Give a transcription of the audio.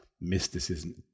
mysticism